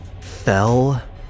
fell